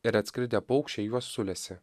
ir atskridę paukščiai juos sulesė